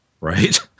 right